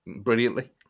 brilliantly